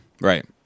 right